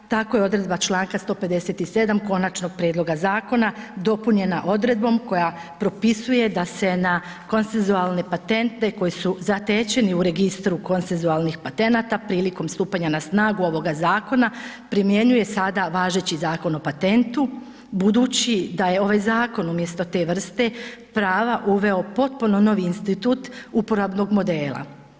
Tako je odredba članka 157. konačnog prijedloga zakona dopunjena odredbom koja propisuje da se na konsensualne patentne koji su zatečeni u registru konsensualnih patenata prilikom stupanja na snagu ovoga zakona primjenjuje sada važeći Zakon o patentu, budući da je ovaj zakon umjesto te vrste prava uveo potpuno novi institut uporabnog modela.